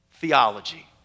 theology